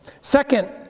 second